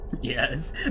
Yes